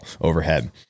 overhead